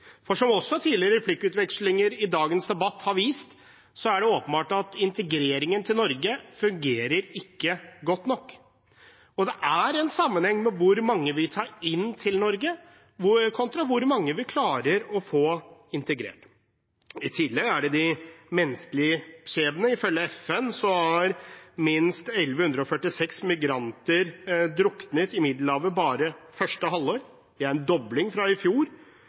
For som også tidligere replikkvekslinger i dagens debatt har vist, er det åpenbart at integreringen i Norge ikke fungerer godt nok. Det er en sammenheng mellom hvor mange vi tar inn til Norge, og hvor mange vi klarer å få integrert. I tillegg er det de menneskelige skjebnene. Ifølge FN har minst 1 146 migranter druknet i Middelhavet bare første halvår. Det er en dobling fra i fjor.